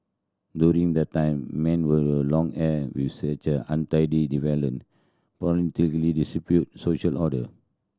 during that time men with long hair were as untidy deviant social order